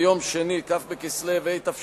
הודעה